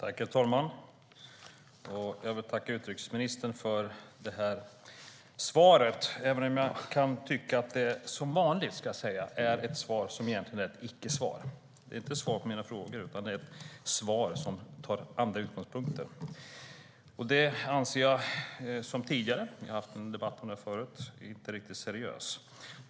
Herr talman! Jag tackar utrikesministern för svaret, även om det som vanligt är ett icke-svar. Det är inte ett svar på mina frågor, utan det är ett svar som tar andra utgångspunkter. Jag anser, precis som vid en tidigare debatt i samma ämne, att det inte är riktigt seriöst.